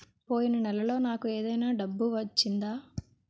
పోయిన నెలలో నాకు ఏదైనా డబ్బు వచ్చిందా?